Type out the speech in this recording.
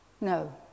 No